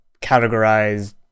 categorized